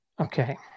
Okay